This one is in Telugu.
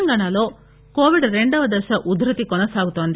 తెలంగాణాలో కొవిడ్ రెండవ దశ ఉధృతి కొనసాగుతోంది